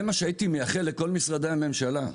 זה מה שהייתי מייחל לכל משרדי הממשלה.